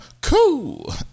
cool